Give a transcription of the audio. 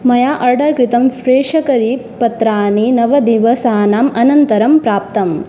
मया अर्डर् कृतं फ़्रेशो करी पत्राणि नवदिवसानाम् अनन्तरं प्राप्तम्